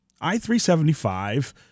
I-375